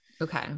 Okay